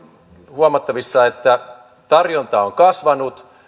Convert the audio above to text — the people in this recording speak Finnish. huomattavissa että tarjonta on kasvanut